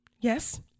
Yes